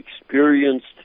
experienced